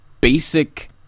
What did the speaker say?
basic